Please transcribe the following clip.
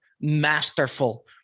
masterful